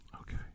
Okay